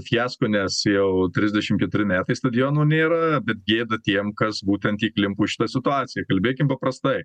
fiasko nes jau trisdešim keturi metai stadiono nėra bet gėda tiem kas būtent įklimpo į šitą situaciją kalbėkim paprastai